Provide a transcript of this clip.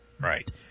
right